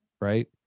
Right